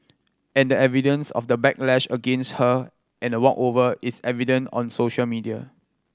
and the evidence of the backlash against her and a walkover is evident on social media